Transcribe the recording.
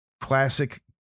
classic